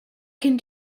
can